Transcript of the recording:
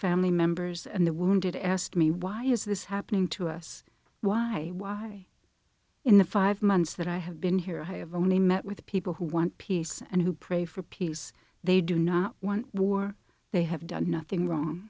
family members and the wounded asked me why is this happening to us why why in the five months that i have been here i have only met with people who want peace and who pray for peace they do not want war they have done nothing wrong